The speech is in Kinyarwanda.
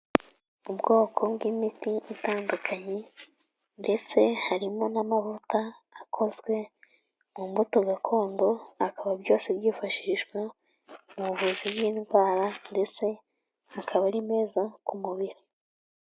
Ubwoko bw'imiti itandukanye ndetse harimo n'amavuta akozwe mu mbuto gakondo, akaba byose byifashishwa mu buvuzi bw'indwara ndetse akaba ari meza ku mubiri.